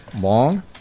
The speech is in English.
long